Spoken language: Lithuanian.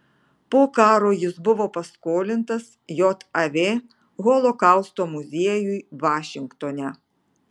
po karo jis buvo paskolintas jav holokausto muziejui vašingtone